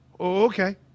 Okay